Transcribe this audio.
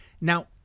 Now